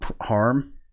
harm